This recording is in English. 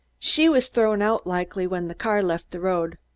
she was thrown out likely when the car left the road.